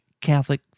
Catholic